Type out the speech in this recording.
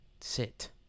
sit